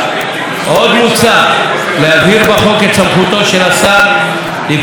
עוד מוצע להבהיר בחוק את סמכותו של השר לקבוע במבחני